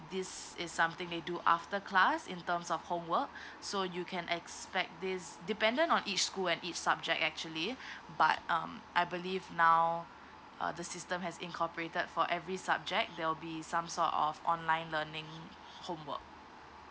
this is something they do after class in terms of homework so you can expect this dependent on each school and each subject actually but um I believe now uh the system has incorporated for every subject there will be some sort of online learning homework